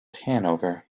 hannover